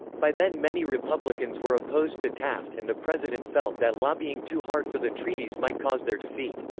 by then many republicans were opposed to taft and the president felt that lobbying too hard for the treaties might cause their defeat.